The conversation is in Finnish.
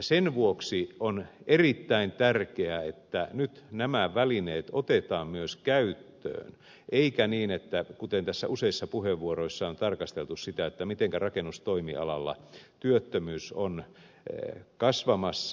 sen vuoksi on erittäin tärkeää että nyt nämä välineet otetaan myös käyttöön eikä niin kuten tässä useissa puheenvuoroissa on tarkasteltu sitä mitenkä rakennustoimialalla työttömyys on kasvamassa